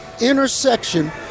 intersection